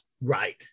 Right